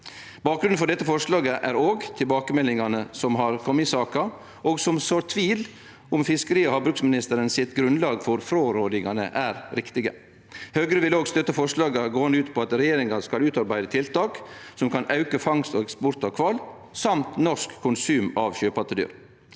Bakgrunnen for dette forslaget er òg tilbakemeldingane som har kome i saka, og som sår tvil om fiskeri- og havbruksministeren sitt grunnlag for frårådingane er riktige. Høgre vil òg støtte forslag som går ut på at regjeringa skal·utarbeide tiltak som kan auke fangst og eksport av kval samt norsk konsum av sjøpattedyr.